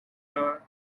your